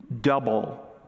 double